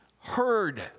heard